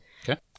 Okay